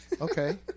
Okay